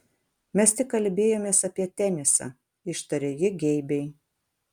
mes tik kalbėjomės apie tenisą ištarė ji geibiai